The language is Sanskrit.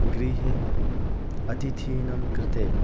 गृहे अतिथीनां कृते